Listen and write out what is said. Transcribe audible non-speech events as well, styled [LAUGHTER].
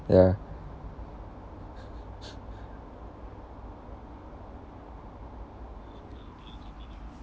ya [LAUGHS]